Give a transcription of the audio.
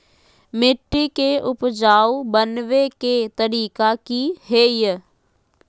मिट्टी के उपजाऊ बनबे के तरिका की हेय?